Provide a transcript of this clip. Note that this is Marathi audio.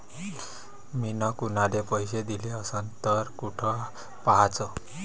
मिन कुनाले पैसे दिले असन तर कुठ पाहाचं?